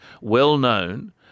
well-known